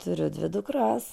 turiu dvi dukras